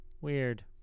Weird